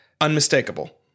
Unmistakable